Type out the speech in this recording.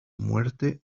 muerte